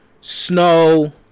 snow